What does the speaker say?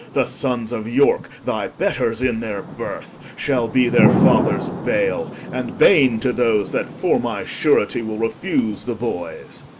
the sonnes of yorke, thy betters in their birth, shall be their fathers baile, and bane to those that for my surety will refuse the boyes.